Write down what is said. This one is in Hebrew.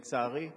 לצערי,